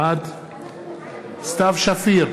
בעד סתיו שפיר,